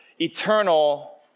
eternal